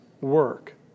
work